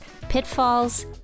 pitfalls